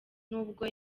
n’ubwo